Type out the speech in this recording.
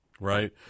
Right